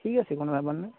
ঠিক আছে কোনো ব্যাপার না